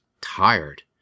tired